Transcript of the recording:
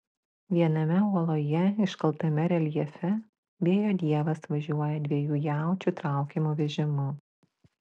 viename uoloje iškaltame reljefe vėjo dievas važiuoja dviejų jaučių traukiamu vežimu